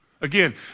Again